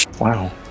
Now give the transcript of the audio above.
Wow